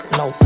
no